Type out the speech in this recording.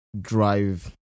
drive